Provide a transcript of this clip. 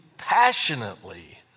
passionately